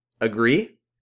agree